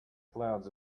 clouds